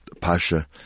Pasha